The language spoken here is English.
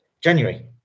January